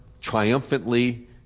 triumphantly